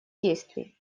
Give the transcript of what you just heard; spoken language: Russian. действий